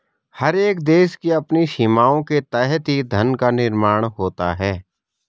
हर एक देश की अपनी सीमाओं के तहत ही धन का निर्माण होता है